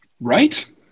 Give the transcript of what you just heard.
Right